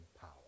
power